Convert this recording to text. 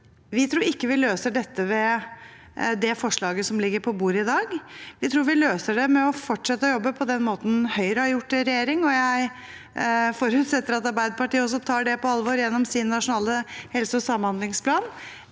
Vi tror ikke vi løser dette ved det forslaget som ligger på bordet i dag. Vi tror vi løser det ved å fortsette å jobbe på den måten Høyre har gjort i regjering, og jeg forutsetter at Arbeiderpartiet også tar det på alvor gjennom sin nasjonale helse- og samhandlingsplan